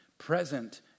present